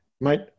Mate